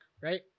right